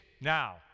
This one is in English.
now